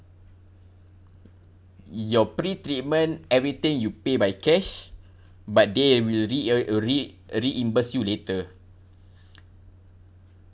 your pre-treatment everything you pay by cash but they will re~ uh re~ reimburse you later